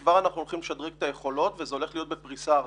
אנחנו הולכים לשדרג את היכולות וזה הולך להיות בפריסה ארצית.